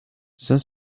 cinq